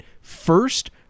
First